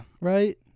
Right